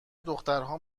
دخترها